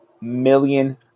million